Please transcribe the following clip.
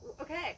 Okay